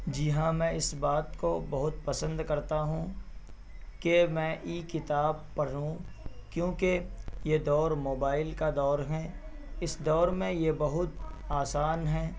جی ہاں میں اس بات کو بہت پسند کرتا ہوں کہ میں ای کتاب پڑھوں کیونکہ یہ دور موبائل کا دور ہیں اس دور میں یہ بہت آسان ہیں